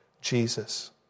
Jesus